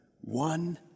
One